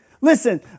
Listen